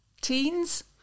teens